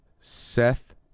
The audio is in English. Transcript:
Seth